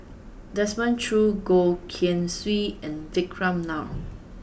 Desmond Choo Goh Keng Swee and Vikram Nair